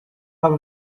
have